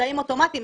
באמצעים אוטומטיים,